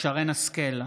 שרן מרים השכל,